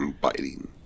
Biting